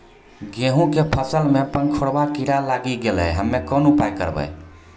गेहूँ के फसल मे पंखोरवा कीड़ा लागी गैलै हम्मे कोन उपाय करबै?